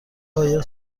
قایق